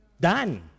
Done